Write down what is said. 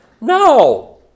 No